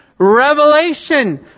Revelation